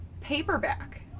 paperback